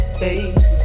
baby